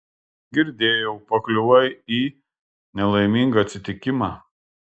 girdėjau pakliuvai į nelaimingą atsitikimą